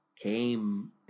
came